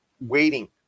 waiting